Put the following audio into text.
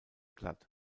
glatt